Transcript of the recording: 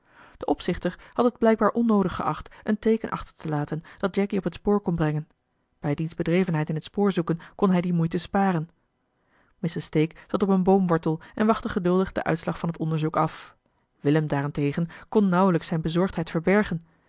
de opzichter had het blijkbaar onnoodig geacht een teeken achter te laten dat jacky op het spoor kon brengen bij diens bedrevenheid in het spoorzoeken kon hij die moeite sparen mr stake zat op een boomwortel en wachtte geduldig den uitslag van het onderzoek af willem daarentegen kon nauwelijks zijne bezorgdheid verbergen